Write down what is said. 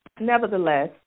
nevertheless